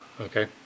okay